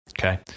okay